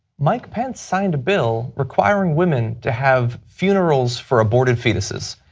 mike pence signed a bill requiring women to have funerals for aborted fetuses.